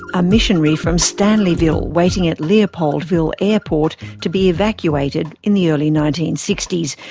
a missionary from stanleyville waiting at leopoldville airport to be evacuated in the early nineteen sixty s,